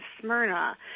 Smyrna